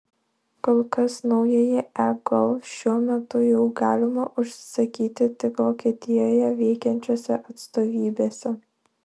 kol kas naująjį e golf šiuo metu jau galima užsisakyti tik vokietijoje veikiančiose atstovybėse